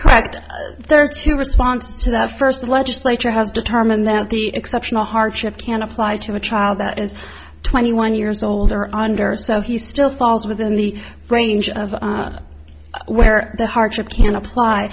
correct thanks to a response to that first the legislature has determined that the exceptional hardship can apply to a child that is twenty one years old or under so he still falls within the range of where the hardship can apply